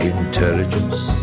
Intelligence